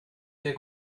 sehr